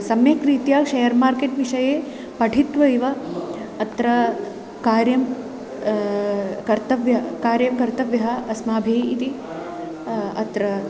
सम्यक् रीत्या share market विषये पठित्वैव अत्र कार्यं कर्तव्यं कार्यं कर्तव्यः अस्माभिः इति अत्र